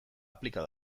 aplika